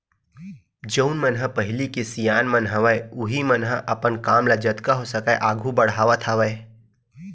जउन मन ह पहिली के सियान मन हवय उहीं मन ह अपन काम ल जतका हो सकय आघू बड़हावत हवय